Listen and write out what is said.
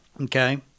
Okay